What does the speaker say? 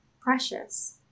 precious